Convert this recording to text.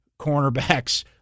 cornerbacks